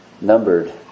numbered